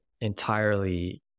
entirely